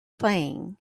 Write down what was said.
playing